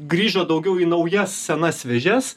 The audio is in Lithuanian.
grįžo daugiau į naujas senas vėžes